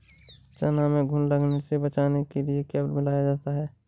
चना में घुन लगने से बचाने के लिए क्या मिलाया जाता है?